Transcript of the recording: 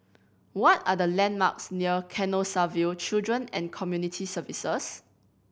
what are the landmarks near Canossaville Children and Community Services